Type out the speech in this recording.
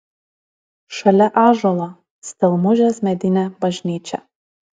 šalia ąžuolo stelmužės medinė bažnyčia